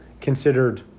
considered